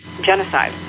genocide